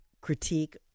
critique